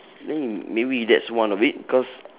oh maybe that's one of it cause